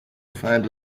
find